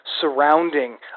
surrounding